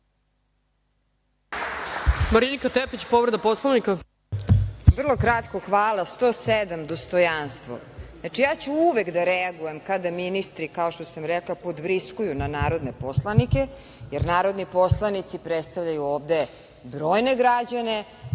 **Marinika Tepić** Vrlo kratko. Povređen je član 107. dostojanstvo. Znači, ja ću uvek da reagujem kada ministri, kao što sam rekla podvriskuju na narodne poslanike, jer narodni poslanici predstavljaju ovde brojne građane,